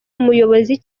umuyobozi